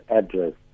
address